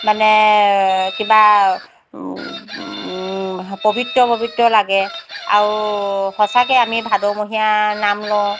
মানে কিবা পবিত্ৰ পবিত্ৰ লাগে আৰু সঁচাকেই আমি ভাদমহীয়া নাম লওঁ